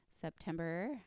September